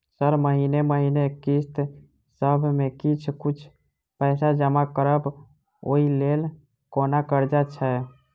Sir महीने महीने किस्तसभ मे किछ कुछ पैसा जमा करब ओई लेल कोनो कर्जा छैय?